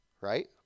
right